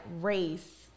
race